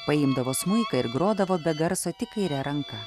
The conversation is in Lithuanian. paimdavo smuiką ir grodavo be garso tik kaire ranka